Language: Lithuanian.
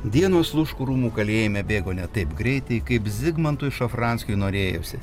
dienos sluškų rūmų kalėjime bėgo ne taip greitai kaip zigmantui šafranskiui norėjosi